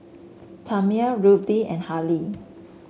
Tamia Ruthie and Harlie